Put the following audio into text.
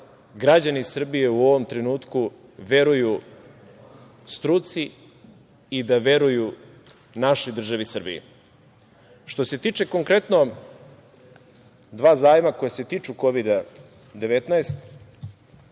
građani Srbije u ovom trenutku veruju struci i da veruju našoj državi Srbiji. Što se tiče konkretno dva zajma koja se tiču Kovida 19